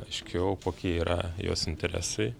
aiškiau kokie yra jos interesai